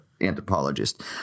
anthropologist